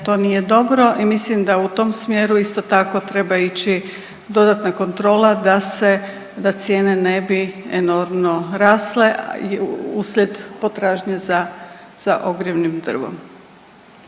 To nije dobro i mislim da u tom smjeru isto tako treba ići dodatna kontrola da se, da cijene ne bi enormno rasle uslijed potražnje za ogrjevnim drvom.